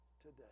today